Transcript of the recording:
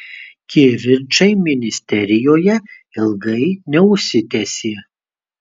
kivirčai ministerijoje ilgai neužsitęsė